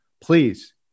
Please